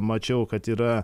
mačiau kad yra